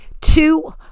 two